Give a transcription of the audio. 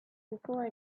before